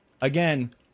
again